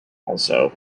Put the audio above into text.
also